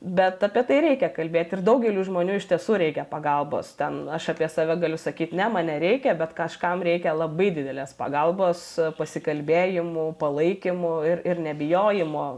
bet apie tai reikia kalbėt ir daugeliui žmonių iš tiesų reikia pagalbos ten aš apie save galiu sakyt ne man nereikia bet kažkam reikia labai didelės pagalbos pasikalbėjimų palaikymų ir ir nebijojimo